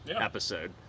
episode